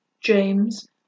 James